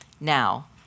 Now